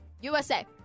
USA